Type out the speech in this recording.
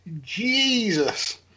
Jesus